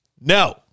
no